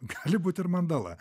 gali būt ir mandala